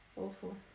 Awful